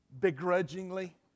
begrudgingly